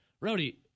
Rowdy